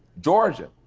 georgia,